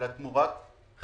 אלא תמורת חשבוניות.